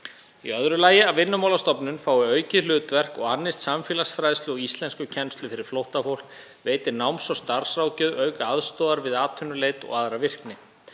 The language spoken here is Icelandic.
Í öðru lagi að Vinnumálastofnun fái aukið hlutverk og annist samfélagsfræðslu og íslenskukennslu fyrir flóttafólk, veiti náms- og starfsráðgjöf auk aðstoðar við atvinnuleit og aðra virkni.